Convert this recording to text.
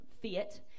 fit